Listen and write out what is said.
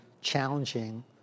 challenging